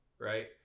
right